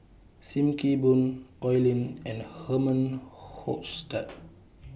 SIM Kee Boon Oi Lin and Herman Hochstadt